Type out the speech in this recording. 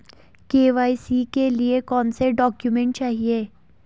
KYC के लिए कौनसे डॉक्यूमेंट चाहिये?